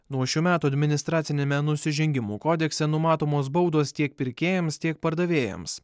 nuo šių metų administraciniame nusižengimų kodekse numatomos baudos tiek pirkėjams tiek pardavėjams